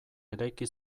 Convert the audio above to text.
eraiki